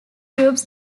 groups